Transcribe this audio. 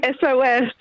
SOS